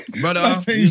brother